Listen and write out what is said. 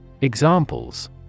Examples